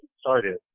started